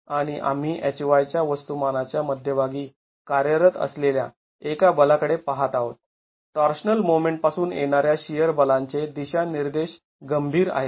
आणि आम्ही Hy च्या वस्तुमानाच्या मध्यभागी कार्यरत असलेल्या एका बलाकडे पहात आहोत टॉर्शनल मोमेंट पासून येणाऱ्या शिअर बलांचे दिशा निर्देश गंभीर आहेत